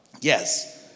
Yes